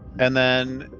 and then,